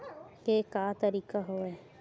के का तरीका हवय?